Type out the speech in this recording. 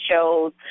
shows